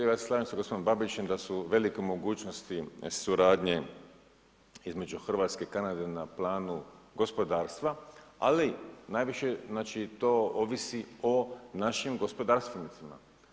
Ja se slažem sa gospodinom Babićem da su velike mogućnosti suradnje između Hrvatske i Kanade na planu gospodarstva, ali najviše znači to ovisi o našim gospodarstvenicima.